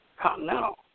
Continental